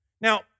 Now